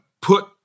put